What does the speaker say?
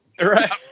Right